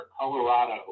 Colorado